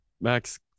Max